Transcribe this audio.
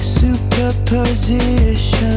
superposition